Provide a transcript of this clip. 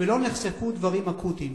ולא נחשפו דברים אקוטיים.